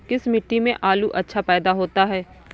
किस मिट्टी में आलू अच्छा पैदा होता है?